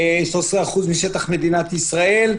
13% משטח מדינת ישראל.